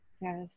Yes